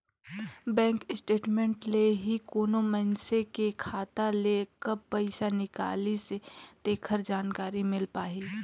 bank statement ले ही कोनो मइनसे के खाता ले कब पइसा निकलिसे तेखर जानकारी मिल पाही